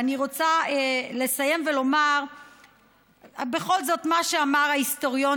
אני רוצה לסיים ולומר בכל זאת מה שאמר ההיסטוריון